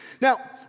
Now